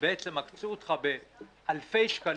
שבעצם עקצו אותך באלפי שקלים,